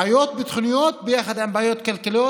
בעיות ביטחוניות ביחד עם בעיות כלכליות.